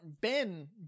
Ben